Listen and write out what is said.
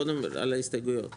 קודם על ההסתייגויות כן?